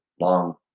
long